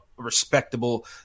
respectable